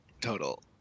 total